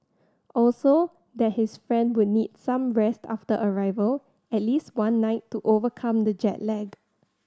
also that his friend would need some rest after arrival at least one night to overcome the jet lag